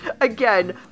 again